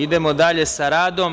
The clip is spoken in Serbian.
Idemo dalje sa radom.